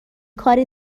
کار